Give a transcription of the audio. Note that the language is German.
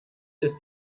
ist